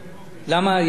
יש בעיה?